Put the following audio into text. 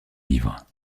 livres